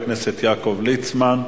חבר הכנסת יעקב ליצמן.